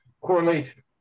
Correlation